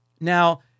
Now